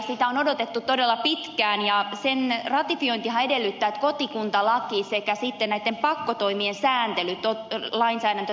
sitä on odotettu todella pitkään ja sen ratifiointihan edellyttää että kotikuntalaki sekä sitten näitten pakkotoimien lainsäädäntö toteutetaan